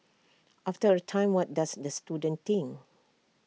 after A time what does the student think